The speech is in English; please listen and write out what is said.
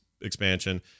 expansion